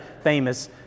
famous